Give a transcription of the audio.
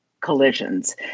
collisions